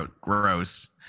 Gross